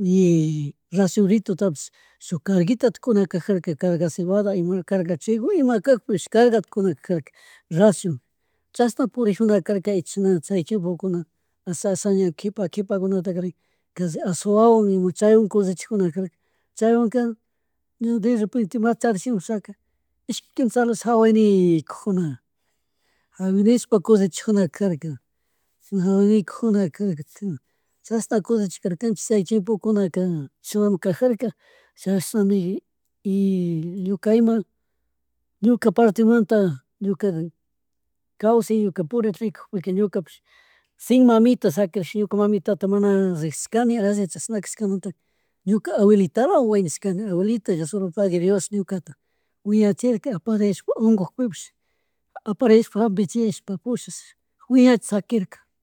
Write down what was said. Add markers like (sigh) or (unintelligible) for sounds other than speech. y (hesitation) rashonritutapish (noise) shuk karguita kunakajarka karga cebada ima carga trigo ima kakpish cargapi kunakarka (hesitation) rashion chashna purijunakarka y chishan chay tiempo kuna asha asha kipa kipakunatarin kashi atzuawan ima chaywan kullichajunakarka chaywanka ña derepente macharish imashaka ishki kinsha salud jawan nikugjuna, (unintelligible) collechajunakarka chishna hawaynikujunaka (hesitation) chashna kullechajarkanchik chay chimpukunaka (unintelligible) cajarka chashnami y ñuka ima ñuka partemanta ñuka kawsay ñuka puri rikukpika ñukapish (hesitation) sin mamita shaquirish ñuka mamitata mana rickshirkani alli chashna kashkamanta ñuka abuelitalawan winashkani, abuelita diosolopague Dios ñukata wiñachirka aparishpa, unkupipish aparishpa jambichishpa pushashpa wiñashishsaquirka